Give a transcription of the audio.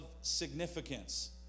significance